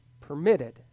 permitted